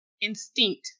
instinct